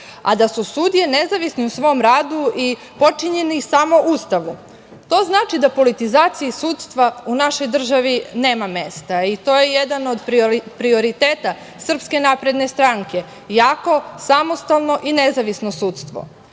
a da su sudije nezavisne u svom radu i potčinjene samo Ustavu. To znači da politizaciji sudstva u našoj državi nema mesta i to je jedan od prioriteta SNS - jako, samostalno i nezavisno sudstvo. Mi